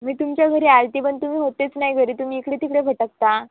मी तुमच्या घरी आलती पण तुम्ही होतेच नाही घरी तुम्ही इकडे तिकडे भटकता